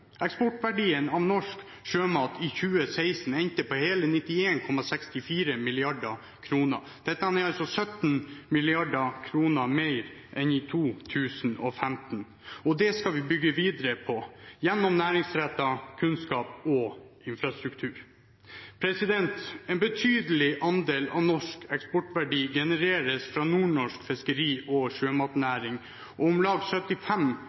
Eksportverdien av norsk sjømat i 2016 endte på hele 91,64 mrd. kr. Dette er altså 17 mrd. kr mer enn i 2015. Det skal vi bygge videre på gjennom næringsrettet kunnskap og infrastruktur. En betydelig andel av norsk eksportverdi genereres fra nordnorsk fiskeri- og sjømatnæring. Om lag 75